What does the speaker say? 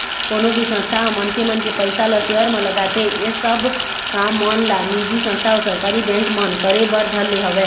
कोनो भी संस्था ह मनखे मन के पइसा ल सेयर म लगाथे ऐ सब काम मन ला निजी संस्था अऊ सरकारी बेंक मन करे बर धर ले हवय